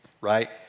right